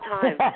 time